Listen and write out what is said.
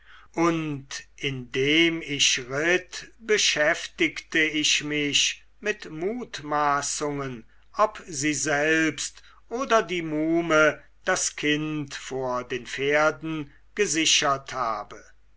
und indem ich ritt beschäftigte ich mich mit mutmaßungen ob sie selbst oder die muhme das kind vor den pferden gesichert habe